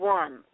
one